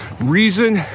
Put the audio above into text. reason